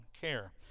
care